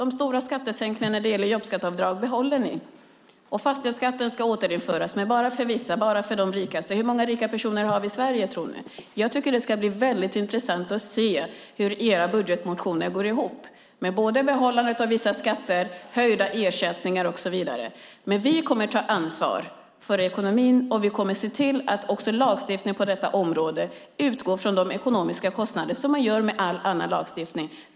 De stora skattesänkningarna när det gäller jobbskatteavdrag behåller ni. Fastighetsskatten ska återinföras, men bara för vissa, bara för de rikaste. Hur många rika personer tror ni att vi har i Sverige? Jag tycker att det ska bli intressant att se hur era budgetmotioner går ihop. Det handlar om att ni ska behålla vissa skatter, höja ersättningar och så vidare. Men vi kommer att ta ansvar för ekonomin, och vi kommer att se till att också lagstiftningen på detta område utgår från kostnaderna, på samma sätt som man gör i fråga om all annan lagstiftning.